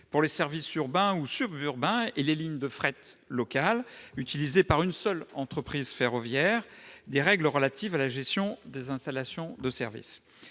à des services urbains ou suburbains et les lignes de fret locales utilisées par une seule entreprise ferroviaire, du champ d'application des règles relatives à la gestion des installations de service.